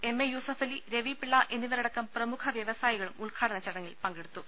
M A Yusuffali Ravi Pillai എന്നിവരടക്കം പ്രമുഖ വൃവ സായികളും ഉദ്ഘാടന ചടങ്ങിൽ പങ്കെടുത്തു